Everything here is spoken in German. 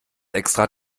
extra